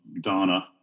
Donna